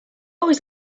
always